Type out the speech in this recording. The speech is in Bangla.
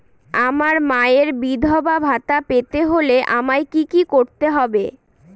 আমার মায়ের বিধবা ভাতা পেতে হলে আমায় কি কি করতে হবে?